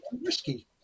risky